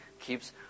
keeps